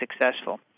successful